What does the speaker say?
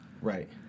right